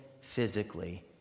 physically